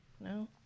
No